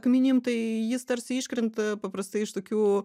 akmenim tai jis tarsi iškrenta paprastai iš tokių